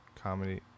Comedy